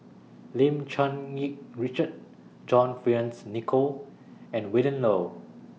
Lim Cherng Yih Richard John Fearns Nicoll and Willin Low